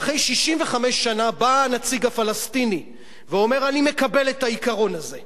ואחרי 65 שנה בא הנציג הפלסטיני ואומר: אני מקבל את העיקרון הזה,